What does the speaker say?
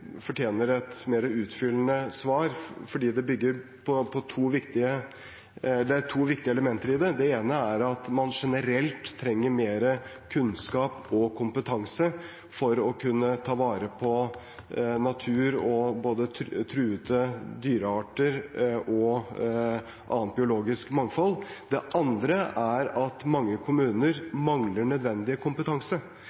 fortjener et mer utfyllende svar, fordi det er to viktige elementer i det. Det ene er at man generelt trenger mer kunnskap og kompetanse for å kunne ta vare på natur, truede dyrearter og annet biologisk mangfold. Det andre er at mange kommuner